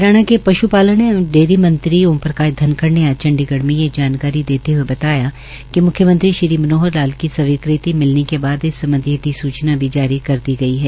हरियाणा के पश्पालन एवं डेयरी मंत्री श्री ओम प्रकाश धनखड़ ने आज चंडीगढ़ में यह जानकारी देते हए बताया कि म्ख्यमंत्री श्री मनोहर लाल की स्वीकृति मिलने के बाद इस सम्बधी अधिस्चना भी जारी कर दी गई है